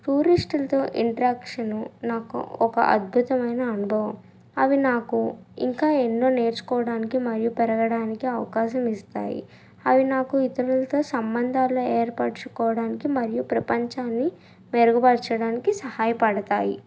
టూరిస్టులతో interaction నాకు ఒక అద్భుతమైన అనుభవం అవి నాకు ఇంకా ఎన్నో నేర్చుకోవడానికి మరియు పెరగడానికి అవకాశం ఇస్తాయి అవి నాకు ఇతరులతో సంబంధాలు ఏర్పరుచుకోవడానికి మరియు ప్రపంచాన్ని మెరుగుపరచడానికి సహాయపడతాయి